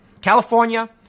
California